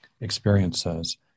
experiences